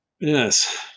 Yes